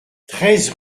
treize